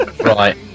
Right